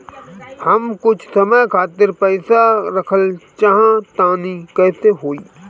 हम कुछ समय खातिर पईसा रखल चाह तानि कइसे होई?